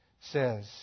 says